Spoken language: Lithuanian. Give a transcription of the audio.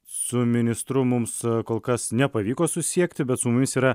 su ministru mums kol kas nepavyko susisiekti bet su mumis yra